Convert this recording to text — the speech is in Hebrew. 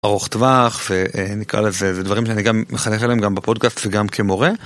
ארוך טווח ונקרא לזה, זה דברים שאני גם מחנך עליהם גם בפודקאסט וגם כמורה.